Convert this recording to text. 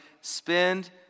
spend